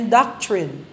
doctrine